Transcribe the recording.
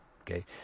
okay